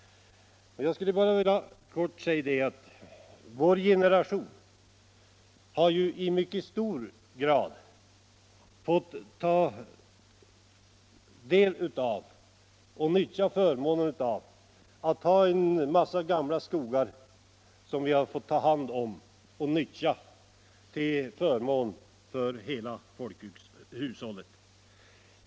Jag skulle bara helt kortfattat vilja säga att vår generation ju i mycket hög grad har haft förmånen att få ta hand om många gamla skogar och nyttja dem, till förmån för hela folkhushållet.